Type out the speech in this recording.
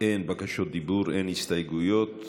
אין בקשות דיבור ואין הסתייגויות.